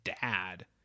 dad